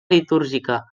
litúrgica